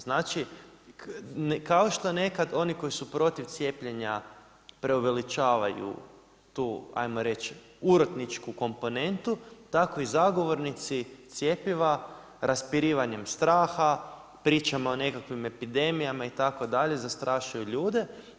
Znači, kao što nekada oni koji su protiv cijepljenja preuveličavaju tu hajmo reći urotničku komponentu, tako i zagovornici cjepiva raspirivanjem straha, pričama o nekakvim epidemijama itd. zastrašuju ljude.